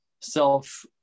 self